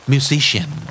Musician